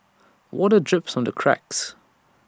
water drips from the cracks